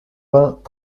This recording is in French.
vingt